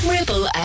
Ripple